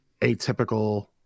atypical